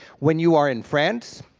when you are in france,